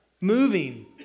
moving